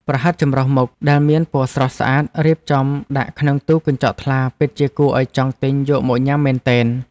ប្រហិតចម្រុះមុខដែលមានពណ៌ស្រស់ស្អាតរៀបចំដាក់ក្នុងទូកញ្ចក់ថ្លាពិតជាគួរឱ្យចង់ទិញយកមកញ៉ាំមែនទែន។